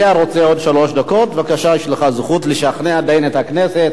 יש לך זכות לשכנע עדיין את הכנסת בצדקת דרכך,